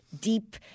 deep